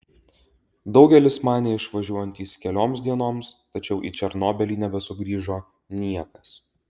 daugelis manė išvažiuojantys kelioms dienoms tačiau į černobylį nebesugrįžo niekas